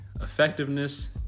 effectiveness